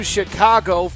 Chicago